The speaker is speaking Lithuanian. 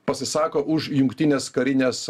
pasisako už jungtines karines